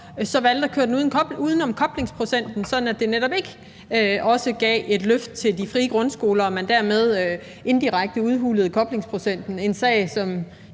– valgte at køre den uden om koblingsprocenten, sådan at det netop ikke også gav et løft til de frie grundskoler og man dermed indirekte udhulede koblingsprocenten. Det er en sag, som